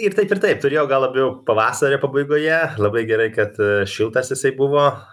ir taip ir taip turėjau gal labiau pavasario pabaigoje labai gerai kad šiltas jisai buvo